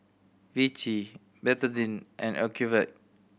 Vichy Betadine and Ocuvite